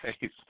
face